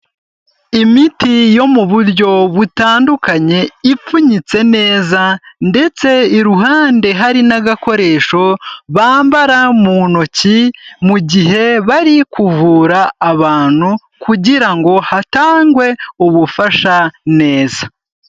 Imiti yo mu buryo butandukanye, ipfunyitse neza ndetse iruhande hari n'agakoresho bambara mu ntoki, mu gihe bari kuvura abantu kugira ngo hatangwe ubufasha neza.